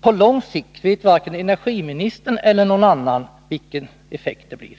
På lång sikt vet varken energiministern eller någon annan vilken effekten blir.